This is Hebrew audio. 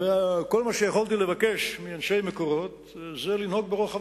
כל מה שיכולתי לבקש מאנשי "מקורות" זה לנהוג ברוחב